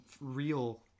real